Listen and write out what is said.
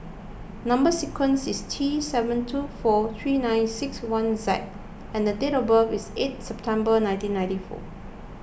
Number Sequence is T seven two four three nine six one Z and date of birth is eight September nineteen ninety four